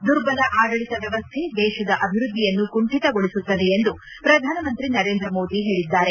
ದುರ್ಬಲ ಆಡಳಿತ ವ್ಯವಸ್ಥೆ ದೇಶದ ಅಭಿವೃದ್ದಿಯನ್ನು ಕುಂಠಿತಗೊಳಿಸುತ್ತದೆ ಎಂದು ಪ್ರಧಾನಮಂತ್ರಿ ನರೇಂದ್ರ ಮೋದಿ ಹೇಳಿದ್ದಾರೆ